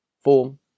form